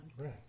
Right